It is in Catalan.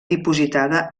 dipositada